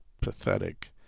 pathetic